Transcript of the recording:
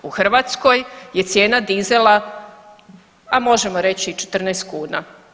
U Hrvatskoj je cijena dizela, a možemo reći i 14 kuna.